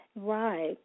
Right